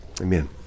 Amen